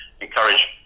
encourage